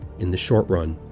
in the short run.